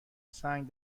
سنگ